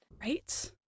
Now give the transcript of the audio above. Right